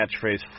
catchphrase